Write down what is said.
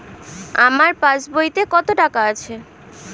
আমার পাস বইতে কত টাকা আছে?